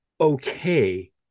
okay